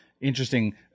interesting